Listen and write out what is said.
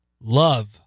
love